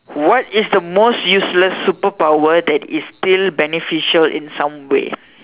what is the most useless superpower that is still beneficial in some way